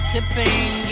Sipping